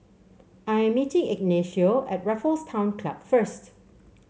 I'm meeting Ignacio at Raffles Town Club first